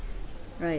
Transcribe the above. right